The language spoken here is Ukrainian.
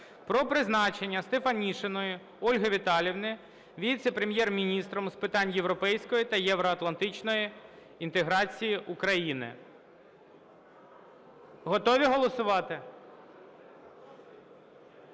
про призначення Стефанішиної Ольги Віталіївни Віце-прем'єр-міністром з питань європейської та євроатлантичної інтеграції України. Готові голосувати?